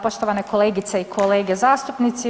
Poštovane kolegice i kolege zastupnici.